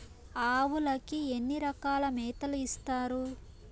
ఆవులకి ఎన్ని రకాల మేతలు ఇస్తారు?